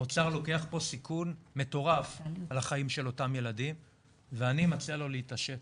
האוצר לוקח פה סיכון מטורף על החיים של אותם ילדים ואני מציע לו להתעשת.